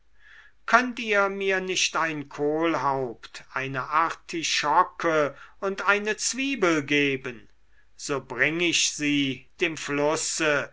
könnt ihr mir nicht ein kohlhaupt eine artischocke und eine zwiebel geben so bring ich sie dem flusse